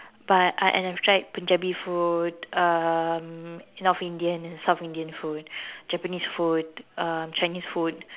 but uh and I have tried punjabi food um north Indian south Indian food japanese food um chinese food